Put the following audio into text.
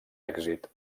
èxit